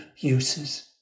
uses